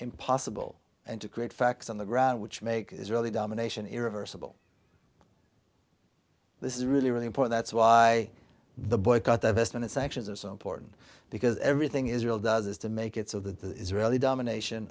impossible and to create facts on the ground which make israeli domination irreversible this is really really important that's why the boycott divestment and sanctions are so important because everything israel does is to make it so that the israeli domination